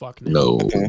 No